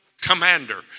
commander